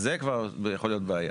זו כבר יכולה להיות בעיה.